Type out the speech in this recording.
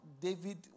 David